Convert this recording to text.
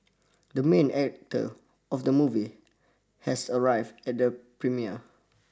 the main actor of the movie has arrived at the premiere